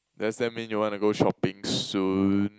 does that mean you wanna go shopping soon